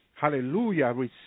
Hallelujah